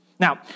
Now